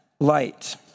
light